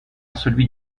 celui